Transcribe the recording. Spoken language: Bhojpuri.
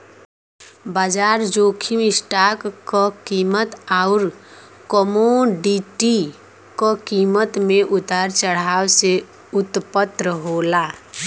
बाजार जोखिम स्टॉक क कीमत आउर कमोडिटी क कीमत में उतार चढ़ाव से उत्पन्न होला